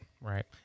right